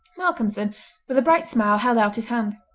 malcolmson with a bright smile held out his hand.